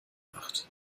gemacht